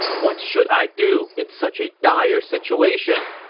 what should i do in such a dire situation?